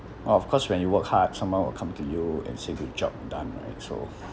of course when you work hard someone will come to you and say good job done right so